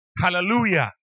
Hallelujah